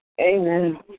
Amen